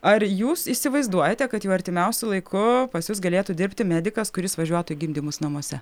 ar jūs įsivaizduojate kad jau artimiausiu laiku pas jus galėtų dirbti medikas kuris važiuotų į gimdymus namuose